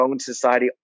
Society